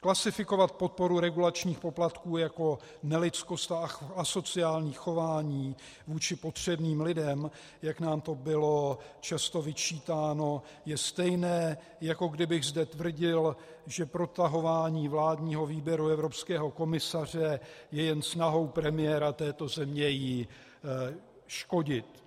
Klasifikovat podporu regulačních poplatků jako nelidskost a asociální chování vůči potřebným lidem, jak nám to bylo často vyčítáno, je stejné, jako kdybych zde tvrdil, že protahování vládního výběru evropského komisaře je jen snahou premiéra této země jí škodit.